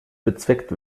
bezweckt